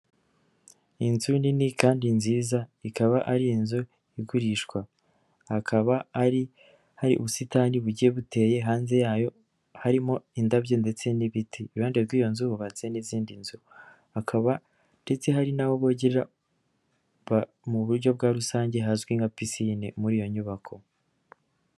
Inzu nini kandi nziza ikaba ari inzu igurishwa, hakaba hari ubusitani bugiye buteye hanze yayo harimo indabyo ndetse n'ibiti, iruhande rw'iyo nzu hubatse n'izindi nzu, hakaba ndetse hari naho bogera mu buryo bwa rusange hazwi nka pisine muri iyo nyubako.